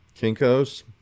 Kinko's